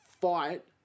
fight